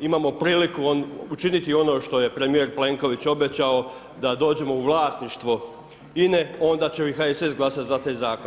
imamo priliku učiniti ono što je premijer Plenković obećao da dođemo u vlasništvo INA-e onda će i HSS glasati za taj zakon.